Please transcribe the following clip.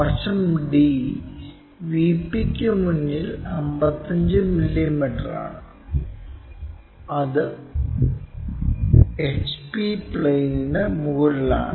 വശം D VPക്ക് മുന്നിൽ 55 മില്ലിമീറ്ററാണ് അത് HP പ്ലെയിനിന് മുകളിലാണ്